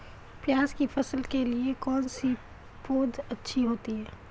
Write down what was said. प्याज़ की फसल के लिए कौनसी पौद अच्छी होती है?